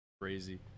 Crazy